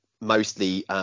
mostly